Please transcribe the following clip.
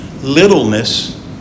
Littleness